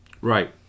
Right